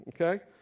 Okay